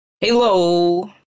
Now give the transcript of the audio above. Hello